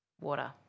Water